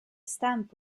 stamp